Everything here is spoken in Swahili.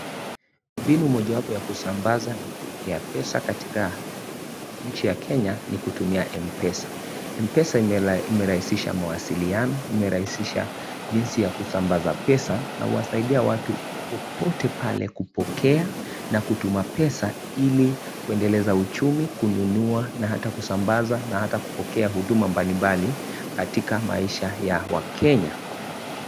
Mbinu mojawapo ya kusambaza na kupokea pesa katika nchi ya Kenya ni kutumia mpesa. Mpesa imeraisisha mwasiliyano, imeraisisha jinsi ya kusambaza pesa na uwasaidia watu kupote pale kupokea na kutuma pesa ili uendeleza uchumi, kununuwa, na hata kusambaza, hata kupokea, kutuma mbali mbali katika maisha ya wakenya.